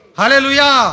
Hallelujah